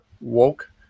woke